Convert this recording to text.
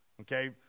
okay